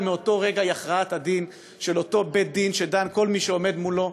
ומאותו רגע היא הכרעת-הדין של אותו בית-דין שדן כל מי שעומד מולו.